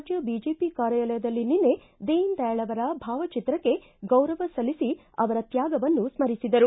ರಾಜ್ಯ ಬಿಜೆಪಿ ಕಾರ್ಯಾಲಯದಲ್ಲಿ ನಿನ್ನೆ ದೀನ ದಯಾಳ್ ಅವರ ಭಾವಚಿತ್ರಕ್ಷೆ ಗೌರವ ಸಲ್ಲಿಸಿ ಅವರ ತ್ಯಾಗವನ್ನು ಸ್ಲಿಸಿದರು